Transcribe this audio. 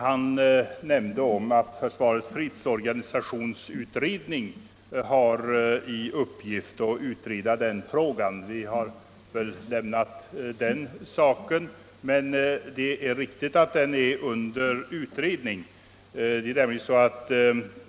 Han nämnde att försvarets fredsorganisationsutredning har i uppgift att utreda den frågan. Det är riktigt att den frågan är under utredning även om FFU inte behandlar den f. n.